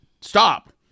stop